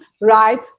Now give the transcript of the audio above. right